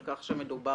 על כך שמדובר